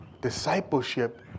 Discipleship